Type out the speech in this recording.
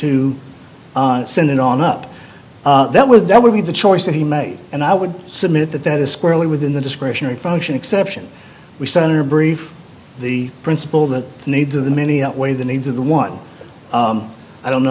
to send it on up that would that would be the choice that he made and i would submit that that is squarely within the discretionary function exception we senator brief the principle that the needs of the many outweigh the needs of the one i don't